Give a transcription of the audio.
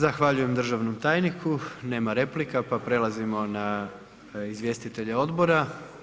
Zahvaljujem državnom tajniku, nema replika pa prelazimo na izvjestitelje odbora.